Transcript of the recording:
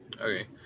Okay